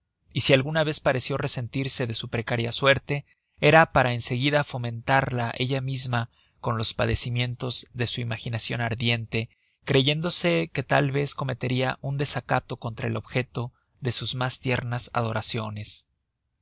y si alguna vez pareció resentirse de su precaria suerte era para en seguida fomentarla ella misma con los padecimientos de su imaginacion ardiente creyéndose que tal vez cometeria un desacato contra el objeto de sus mas tiernas adoraciones